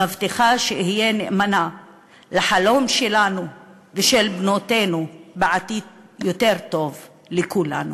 מבטיחה שאהיה נאמנה לחלום שלנו ושל בנותינו לעתיד יותר טוב לכולנו.